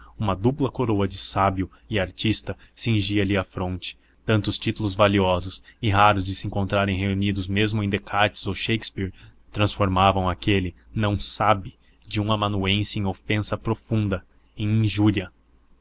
uma dupla coroa de sábio e artista cingia-lhe a fronte tantos títulos valiosos e raros de se encontrarem reunidos mesmo em descartes ou shakespeare transformavam aquele não sabe de um amanuense em ofensa profunda em injúria